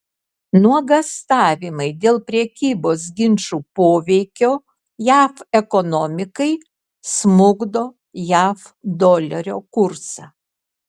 nuogąstavimai dėl prekybos ginčų poveikio jav ekonomikai smukdo jav dolerio kursą